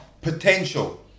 potential